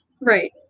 Right